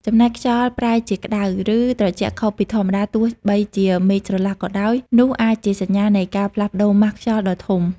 ចំណែកខ្យល់ប្រែជាក្តៅ ឬត្រជាក់ខុសពីធម្មតាទោះបីជាមេឃស្រឡះក៏ដោយ នោះអាចជាសញ្ញានៃការផ្លាស់ប្តូរម៉ាស់ខ្យល់ដ៏ធំ។